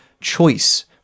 choice